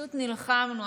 פשוט נלחמנו,